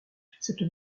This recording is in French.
cette